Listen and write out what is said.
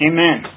Amen